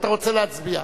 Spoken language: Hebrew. אתה רוצה להצביע.